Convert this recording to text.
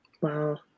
Wow